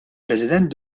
president